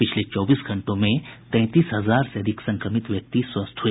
पिछले चौबीस घंटों में तैंतीस हजार से अधिक संक्रमित व्यक्ति स्वस्थ हुए